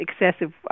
excessive